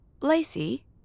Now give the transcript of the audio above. Lacey